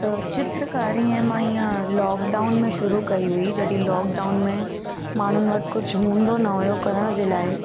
त चित्रकारी ऐं मां ईअं लॉकडाउन में शुरू कई हुई जॾहिं लॉकडाउन में माण्हुनि वटि कुझु हूंदो न हुओ करण जे लाइ